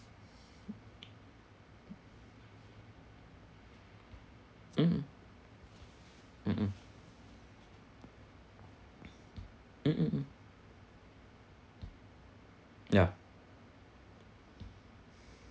mm mm mm mm mm mm yeah